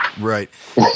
Right